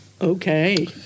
Okay